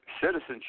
Citizenship